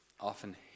often